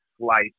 slice